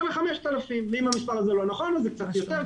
ל-5,000 ואם המספר הזה לא נכון אז זה קצת יותר,